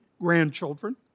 grandchildren